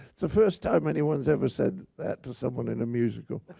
the first time anyone's ever said that to someone in a musical.